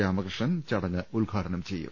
രാമകൃഷ്ണൻ ചടങ്ങ് ഉദ്ഘാടനം ചെയ്യും